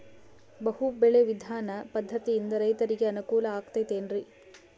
ಬಹು ಬೆಳೆ ವಿಧಾನ ಪದ್ಧತಿಯಿಂದ ರೈತರಿಗೆ ಅನುಕೂಲ ಆಗತೈತೇನ್ರಿ?